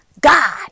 God